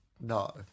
No